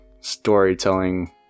storytelling